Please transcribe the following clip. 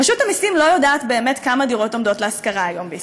רשות המסים לא יודעת באמת כמה דירות עומדות להשכרה היום בישראל.